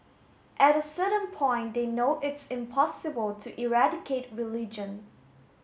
at a certain point they know it's impossible to eradicate religion